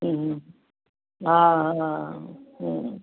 हा हा